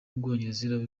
y’ubwongereza